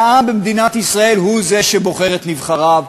והעם במדינת ישראל הוא זה שבוחר את נבחריו.